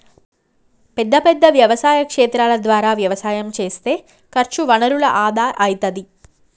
పెద్ద పెద్ద వ్యవసాయ క్షేత్రాల ద్వారా వ్యవసాయం చేస్తే ఖర్చు వనరుల ఆదా అయితది